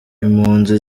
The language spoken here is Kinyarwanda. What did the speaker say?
impunzi